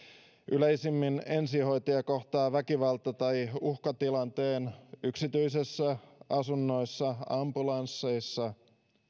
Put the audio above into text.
yleisimmin ensihoitaja kohtaa väkivalta tai uhkatilanteen yksityisissä asunnoissa ambulansseissa